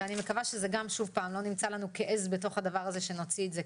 אני מקווה שזה גם לא נמצא לנו כעז בתוך הדבר הזה כדי שנוציא את זה,